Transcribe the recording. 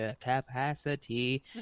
capacity